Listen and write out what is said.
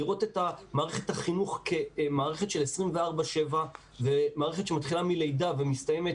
לראות את מערכת החינוך כמערכת של 24/7 וכמערכת שמתחילה מלידה ומסתיימת,